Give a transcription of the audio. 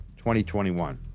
2021